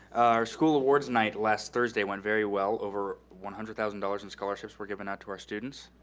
our school awards night last thursday went very well. over one hundred thousand dollars in scholarships were given out to our students.